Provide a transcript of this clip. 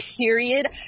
period